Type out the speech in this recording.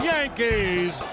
Yankees